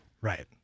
Right